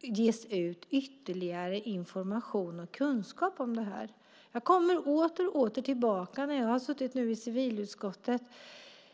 ge ut ytterligare information och kunskap om det här. Jag kommer åter och åter tillbaka till det här. När jag har suttit i civilutskottet